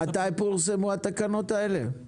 מתי פורסמו התקנות האלה, טל?